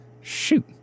Shoot